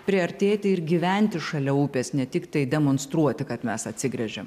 priartėti ir gyventi šalia upės ne tiktai demonstruoti kad mes atsigręžiam